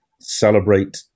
celebrate